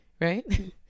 right